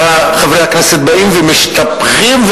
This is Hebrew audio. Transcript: חברי הכנסת באים ומשתפכים,